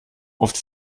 oft